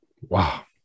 Wow